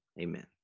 Amen